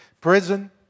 prison